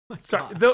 Sorry